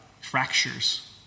fractures